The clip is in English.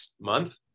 month